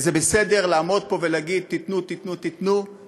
זה בסדר לעמוד פה ולהגיד: תיתנו, תיתנו, תיתנו.